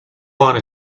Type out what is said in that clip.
wanna